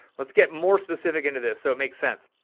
let's get more specific into this. so it makes sense.